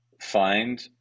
find